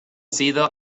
sido